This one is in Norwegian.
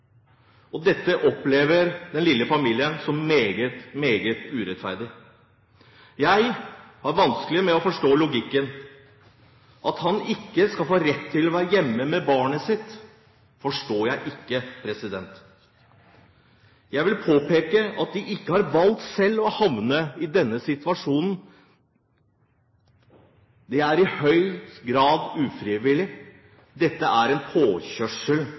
uføretrygdet. Dette opplever den lille familien som meget, meget urettferdig. Jeg har vanskeligheter med å forstå logikken. At han ikke skal få rett til å være hjemme med barnet sitt, forstår jeg ikke. Jeg vil påpeke at de ikke har valgt selv å havne i denne situasjonen, den er i høy grad ufrivillig. Dette er en påkjørsel.